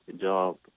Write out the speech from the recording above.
job